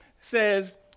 says